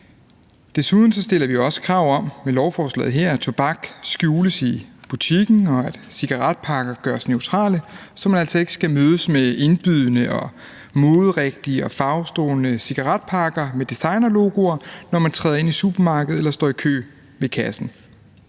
med lovforslaget her også krav om, at tobak skjules i butikken, og at cigaretpakker gøres neutrale, så man altså ikke skal mødes af indbydende og moderigtige og farvestrålende cigaretpakker med designerlogoer, når man træder ind i supermarkedet eller står i kø ved kassen.